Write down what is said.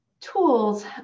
tools